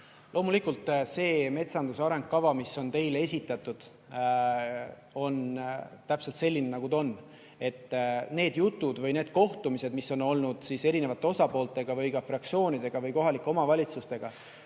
Loomulikult, see metsanduse arengukava, mis on teile esitatud, on täpselt selline, nagu ta on. Need jutud või need kohtumised, mis on olnud erinevate osapooltega või ka fraktsioonidega või kohalike omavalitsustega